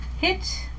hit